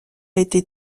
été